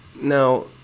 Now